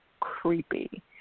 creepy